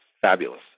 fabulous